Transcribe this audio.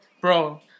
bro